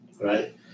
right